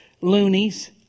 loonies